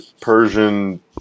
Persian